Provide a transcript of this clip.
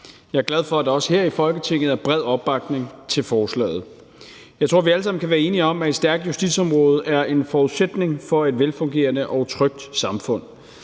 Jeg er glad for, at der også her i Folketinget er bred opbakning til forslaget. Jeg tror, vi alle sammen kan være enige om, at et stærkt justitsområde er en forudsætning for et velfungerende og trygt samfund.